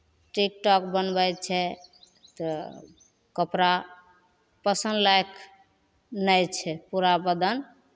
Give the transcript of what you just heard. TikTok बनबै छै तऽ कपड़ा पसन्द लायक नहि छै पूरा बदन